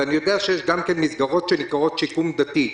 ואני יודע שיש גם כן מסגרות שנקראות שיקום דתי.